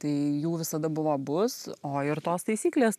tai jų visada buvo bus o ir tos taisyklės